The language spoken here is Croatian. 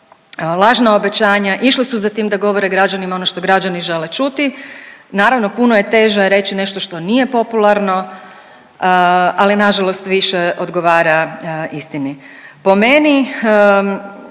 lažna obećanja, išli su za tim da govore građanima ono što građani žele čuti. Naravno puno je teže reći nešto što nije popularno, ali nažalost više odgovara istini. Po meni